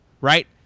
Right